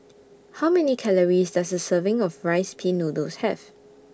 How Many Calories Does A Serving of Rice Pin Noodles Have